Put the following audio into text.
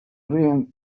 reign